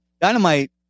Dynamite